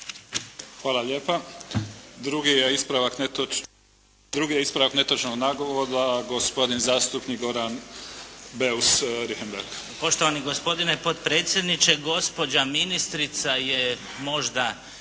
Hvala lijepa. Drugi je ispravak netočnog navoda gospodin zastupnik Goran Beus Richembergh. **Beus Richembergh, Goran (HNS)** Poštovani gospodine potpredsjedniče, gospođa ministrica je možda